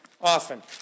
Often